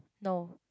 no